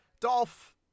Dolph